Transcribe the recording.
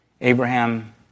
Abraham